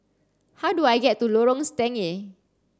how do I get to Lorong Stangee